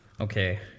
Okay